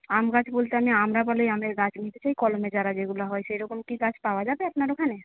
আম গাছ বলতে আমি আম্রপালি আমের গাছ নিতে চাই কলমে চারা যেগুলো হয় সেরকম কি গাছ পাওয়া যাবে আপনার ওখানে